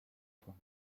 fois